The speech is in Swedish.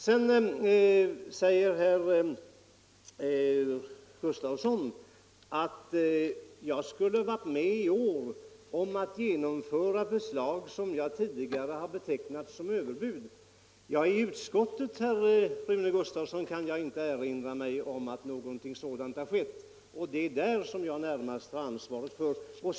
Herr Gustavsson säger sedan att jag i år skulle ha varit med om att genomföra förslag som jag tidigare har betecknat som överbud. Jag kan inte erinra mig att någonting har skett i utskottet, herr Rune Gustavsson, och det är där som jag närmast har ansvaret.